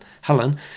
Helen